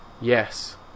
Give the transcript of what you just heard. Yes